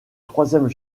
troisième